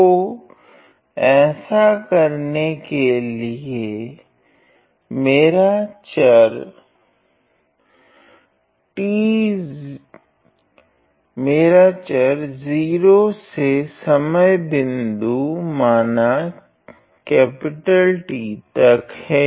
तो ऐसा करने के लिए मेरा समय चार 0 से समय बिंदु माना T तक है